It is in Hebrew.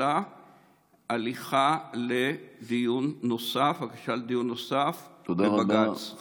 אלא בקשה לדיון נוסף בבג"ץ.